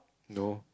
no